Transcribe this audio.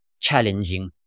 challenging